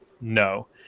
No